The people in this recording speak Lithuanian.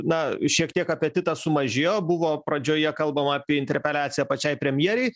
na šiek tiek apetitas sumažėjo buvo pradžioje kalbama apie interpeliaciją pačiai premjerei